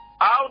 out